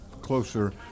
closer